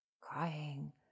crying